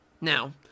now